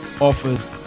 offers